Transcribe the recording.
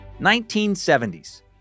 1970s